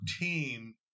team